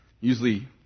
Usually